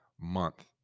Month